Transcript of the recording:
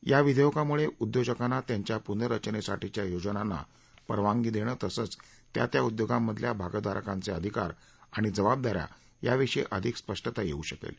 या विधेयकामुळे उद्योजकांना त्यांच्या पुनर्रचनेसाठीच्या योजनांना परवानगी देणं तसंच त्या त्या उद्योगांमधल्या भागधारकांचे अधिकार आणि जबाबदाऱ्या यांविषयी अधिक स्पष्टता येऊ शकेल